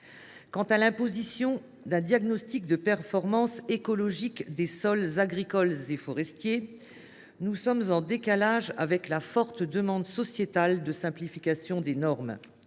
éviter. L’imposition d’un diagnostic de performance écologique des sols agricoles et forestiers, quant à elle, apparaît en décalage avec la forte demande sociétale de simplification des normes.